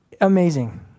Amazing